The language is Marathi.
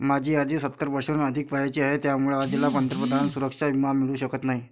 माझी आजी सत्तर वर्षांहून अधिक वयाची आहे, त्यामुळे आजीला पंतप्रधानांचा सुरक्षा विमा मिळू शकत नाही